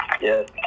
Yes